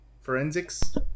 forensics